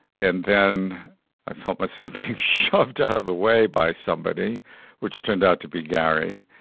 and then i felt myself shoved out of the way by somebody which turned out to be gary,